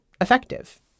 effective